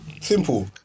simple